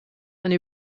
eine